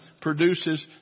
produces